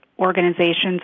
organizations